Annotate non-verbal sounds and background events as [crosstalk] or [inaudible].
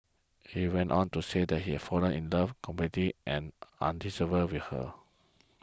he went on to say that he fallen in love completely and [unintelligible] with her